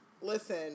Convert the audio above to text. listen